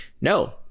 No